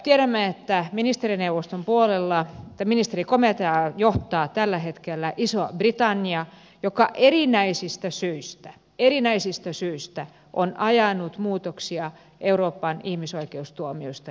tiedämme että ministerikomiteaa johtaa tällä hetkellä iso britannia joka erinäisistä syistä on ajanut muutoksia euroopan ihmisoikeustuomioistuimen toimintaan